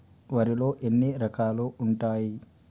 వరిలో ఎన్ని రకాలు ఉంటాయి?